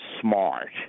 smart